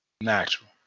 Natural